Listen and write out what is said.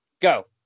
Go